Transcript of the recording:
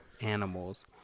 animals